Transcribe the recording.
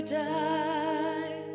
die